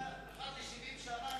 שהיתה מוציאה להורג אחת ל-70 שנה,